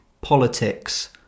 politics